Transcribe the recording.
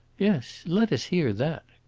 yes, let us hear that,